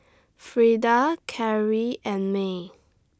Freda Cary and May